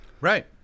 right